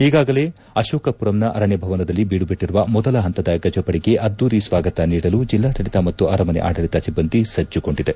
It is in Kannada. ಈಗಾಗಲೇ ಅಶೋಕಪುರಂನ ಅರಣ್ಯ ಭವನದಲ್ಲಿ ಬೀಡುಬಿಟ್ಟಿರುವ ಮೊದಲ ಹಂತದ ಗಜಪಡೆಗೆ ಅದ್ದೂರಿ ಸ್ವಾಗತ ನೀಡಲು ಜಿಲ್ಲಾಡಳಿತ ಮತ್ತು ಅರಮನೆ ಆಡಳಿತೆ ಸಿಬ್ಬಂದಿ ಸಜ್ಜುಗೊಂಡಿದೆ